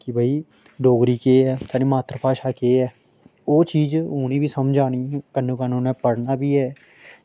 कि भई डोगरी केह् ऐ साढ़ी मात्तर भाशा केह् ऐ ओह् चीज़ उ'नेंगी बी समझ आनी ते कन्नो कन्न उ'नें पढ़ना बी ऐ